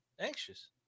anxious